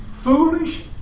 Foolish